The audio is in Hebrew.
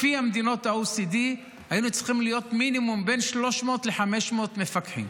לפי מדינות ה-OECD היינו צריכים להיות מינימום בין 300 ל-500 מפקחים.